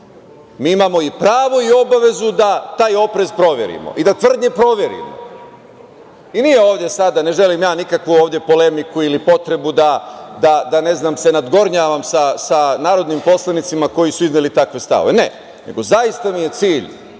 Mi imamo i pravo i obavezu da taj oprez proverima i da tvrdnje proverimo. I, nije ovde sada, ne želim ja nikakvu ovde polemiku ili potrebu da, ne znam se nadgornjavam sa narodnim poslanicima koji su izneli takve stavove. Ne, nego zaista mi je cilj